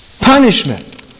punishment